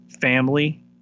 Family